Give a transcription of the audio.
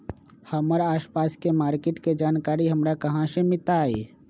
हमर आसपास के मार्किट के जानकारी हमरा कहाँ से मिताई?